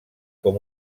com